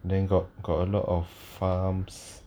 then got got a lot of farms